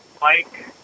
Mike